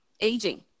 aging